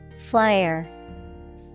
Flyer